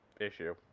issue